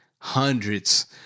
hundreds